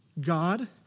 God